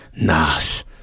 Nas